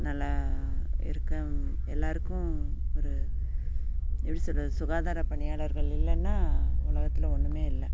நல்லா இருக்கும் எல்லோருக்கும் ஒரு எப்படி சொல்கிறது சுகாதார பணியாளர்கள் இல்லைனா உலகத்தில் ஒன்றுமே இல்லை